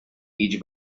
each